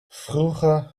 vroeger